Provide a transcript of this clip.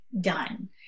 done